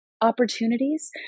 opportunities